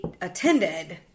attended